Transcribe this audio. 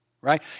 Right